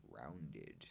rounded